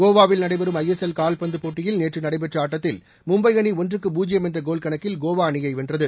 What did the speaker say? கோவாவில் நடைபெறும் I S L காவ்பந்து போட்டியில் நேற்று நடைபெற்ற ஆட்டத்தில் மும்பை அணி ஒன்றுக்கு பூஜ்ஜியம் என்ற கோல் கணக்கில் கோவா அணியை வென்றது